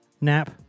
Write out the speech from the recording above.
nap